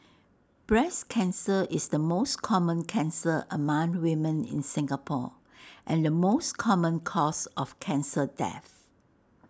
breast cancer is the most common cancer among women in Singapore and the most common cause of cancer death